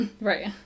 Right